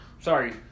Sorry